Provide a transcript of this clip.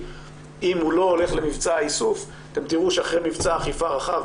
אם הוא לא הולך למבצע האיסוף אתם תראו שאחרי מבצע אכיפה רחב,